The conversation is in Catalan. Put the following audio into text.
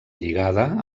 lligada